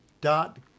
dot